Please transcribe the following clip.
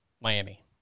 Miami